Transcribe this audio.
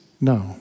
no